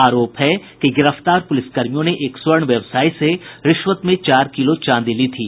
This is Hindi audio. आरोप है कि गिरफ्तार पुलिसकर्मियों ने एक स्वर्ण व्यवसायी से रिश्वत में चार किलो चांदी ली थी